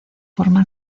forma